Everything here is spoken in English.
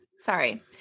sorry